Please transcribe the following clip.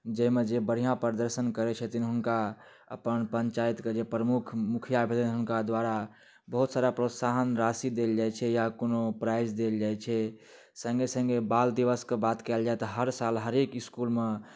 जाहिमे जे बढ़िऑं प्रदर्शन करै छथिन हुनका अपन पञ्चायत के जे प्रमुख मुखिया भेलनि हुनका द्वारा बहुत सारा प्रोत्साहन राशि देल जाइ छै या कोनो प्राइज देल जाइ छै सङ्गे सङ्गे बाल दिवस के बात कयल जाय तऽ हर साल हरेक इसकूलमे